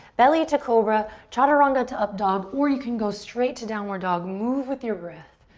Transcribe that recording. belly to cobra, chaturanga to up dog, or you can go straight to downward dog. move with your breath.